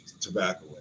tobacco